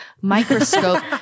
microscope